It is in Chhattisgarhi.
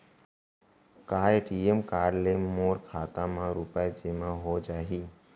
का ए.टी.एम कारड ले मोर खाता म रुपिया जेमा हो जाही?